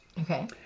okay